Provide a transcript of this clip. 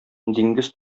диңгез